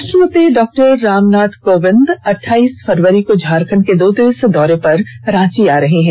राष्ट्रपति डॉ रामनाथ कोविंद अठाईस फरवरी को झारखंड के दो दिवसीय दौरे पर रांची आने वाले हैं